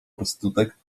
prostytutek